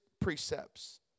precepts